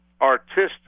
artistic